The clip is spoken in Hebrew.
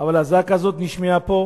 אבל הזעקה הזאת נשמעה פה,